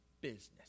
business